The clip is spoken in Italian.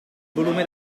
volume